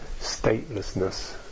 statelessness